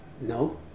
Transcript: no